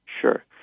Sure